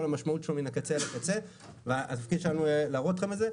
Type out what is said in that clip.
המשמעות שלו מן הקצה אל הקצה והתפקיד שלנו להראות לכם את זה,